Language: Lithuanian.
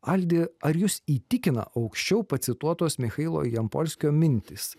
aldi ar jus įtikina aukščiau pacituotos michailo jampolskio mintys